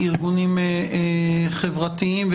ארגונים חברתיים,